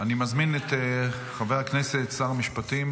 אני מזמין את חבר הכנסת שר המשפטים